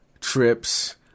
trips